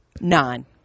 Nine